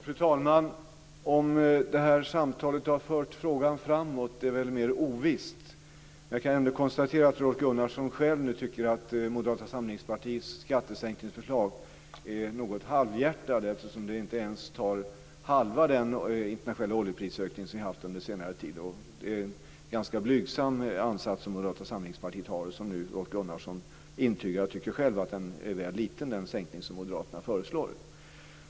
Fru talman! Om det här samtalet har fört frågan framåt är väl mer ovisst. Jag kan ändå konstatera att Rolf Gunnarsson själv tycker att Moderata samlingspartiets skattesänkningsförslag är något halvhjärtat eftersom det inte ens tar hand om halva den internationella oljeprisökning som vi har haft under senare tid. Det är en ganska blygsam ansats som Moderata samlingspartiet har, något som Rolf Gunnarsson nu intygar. Han tycker själv att den sänkning som Moderaterna föreslår är väl liten.